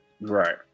Right